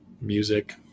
music